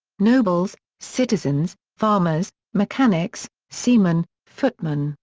nobles, citizens, farmers, mechanics, seamen, footmen,